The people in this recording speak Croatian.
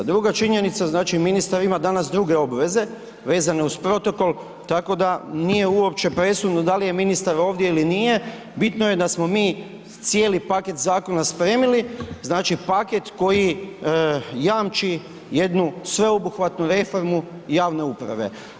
Druga činjenica znači ministar ima danas druge obveze vezane uz protokol tako da nije uopće presudno da li je ministar ovdje ili nije, bitno je da smo mi cijeli paket zakona spremili, znači paket koji jamči jednu sveobuhvatnu reformu javne uprave.